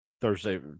Thursday